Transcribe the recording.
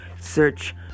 search